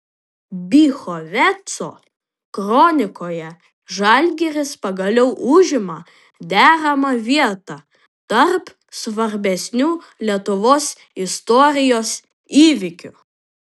bychoveco kronikoje žalgiris pagaliau užima deramą vietą tarp svarbesnių lietuvos istorijos įvykių